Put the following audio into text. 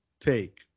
take